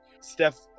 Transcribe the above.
Steph